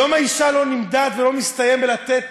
יום האישה לא נמדד ולא מסתיים בלתת